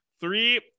Three